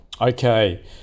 okay